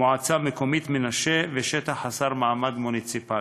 המועצה המקומית מנשה ושטח חסר מעמד מוניציפלי.